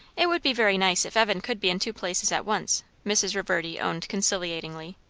it would be very nice if evan could be in two places at once, mrs. reverdy owned conciliatingly.